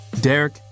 Derek